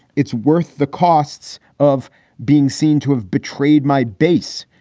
it's worth the costs of being seen to have betrayed my base.